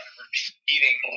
repeating